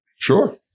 Sure